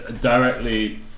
Directly